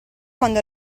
quando